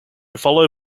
follow